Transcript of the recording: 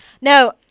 No